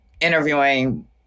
interviewing